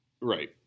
Right